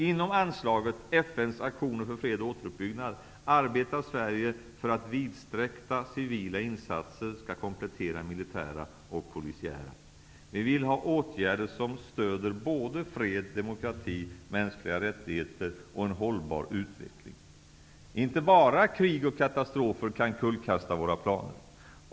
Inom anslaget ''FN:s aktioner för fred och återuppbyggnad'' arbetar Sverige för att vidsträckta civila insatser skall komplettera militära och polisiära sådana. Vi vill ha åtgärder som stöder såväl fred, demokrati, mänskliga rättigheter som en hållbar utveckling. Inte bara krig och katastrofer kan kullkasta våra planer.